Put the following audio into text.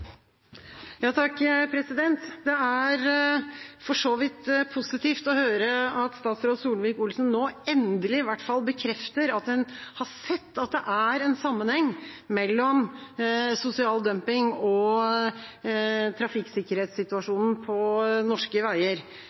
vidt positivt å høre at statsråd Solvik-Olsen nå – endelig – i hvert fall bekrefter at en har sett at det er en sammenheng mellom sosial dumping og trafikksikkerhetssituasjonen på norske veier.